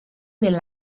del